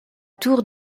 tour